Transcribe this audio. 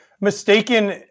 mistaken